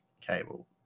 cable